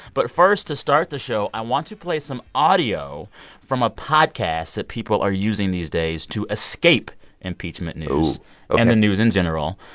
but first, to start the show, i want to play some audio from a podcast that people are using these days to escape impeachment news and the news in general.